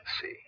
See